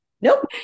Nope